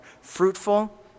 fruitful